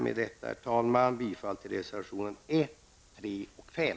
Med detta yrkar jag bifall till reservationerna 1, 3 och 5.